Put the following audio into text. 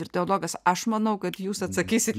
ir teologas aš manau kad jūs atsakysit